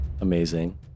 Amazing